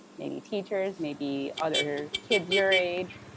maybe teachers, maybe other kids your age,